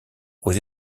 aux